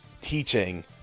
teaching